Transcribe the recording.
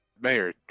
Mayor